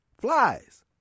Flies